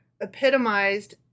epitomized